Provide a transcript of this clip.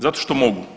Zato što mogu.